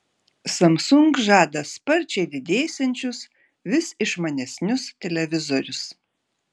samsung žada sparčiai didėsiančius vis išmanesnius televizorius